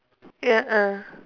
ya uh